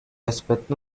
aspecto